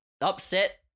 upset